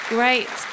Great